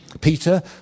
Peter